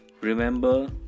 Remember